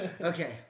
Okay